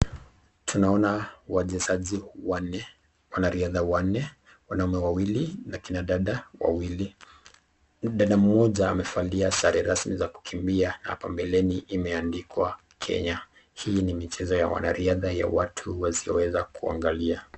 Tunaona wachezaji wanne wanariadha wanne wanaume wawili na kina dada wawili. Dada mmoja amevalia sare rasmi za kukimbia, hapa mbeleni imeandikwa Kenya. Hii ni michezo ya wanariadha ya watu wasioweza kuangalia.